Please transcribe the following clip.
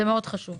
זה מאוד חשוב.